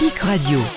Radio